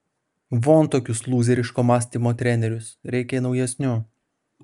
von tokius lūzeriško mąstymo trenerius reikia naujesnių